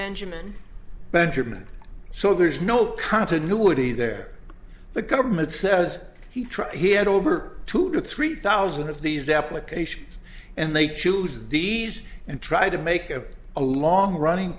benjamin benjamin so there's no continuity there the government says he tried he had over two to three thousand of these applications and they choose these and try to make it a long running